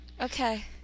okay